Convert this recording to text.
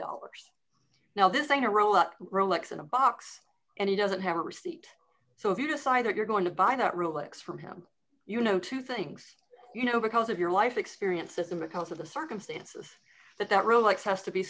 dollars now this thing or roll that rolex in a box and he doesn't have a receipt so if you decide that you're going to buy that real x from him you know two things you know because of your life experience with him because of the circumstances that that rolex has to be